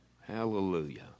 Hallelujah